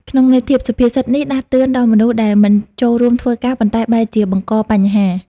ក្នុងន័យធៀប សុភាសិតនេះដាស់តឿនដល់មនុស្សដែលមិនចូលរួមធ្វើការ ប៉ុន្តែបែរជាបង្កបញ្ហា។